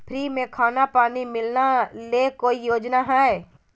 Free में खाना पानी मिलना ले कोइ योजना हय?